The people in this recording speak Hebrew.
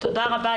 תודה רבה.